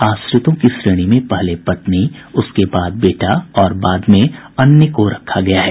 आश्रितों की श्रेणी में पहले पत्नी उसके बाद बेटा और बाद में अन्य को रखा गया है